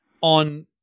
on